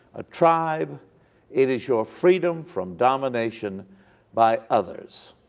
a tribe it is your freedom from domination by others.